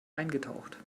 eingetaucht